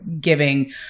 giving